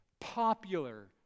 popular